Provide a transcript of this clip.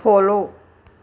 follow